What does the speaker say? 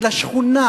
של השכונה,